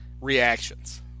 reactions